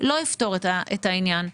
לא יפתור את העניין,